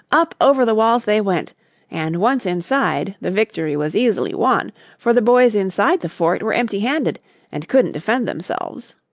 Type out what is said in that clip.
up over the walls they went and once inside the victory was easily won for the boys inside the fort were empty handed and couldn't defend themselves.